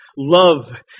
Love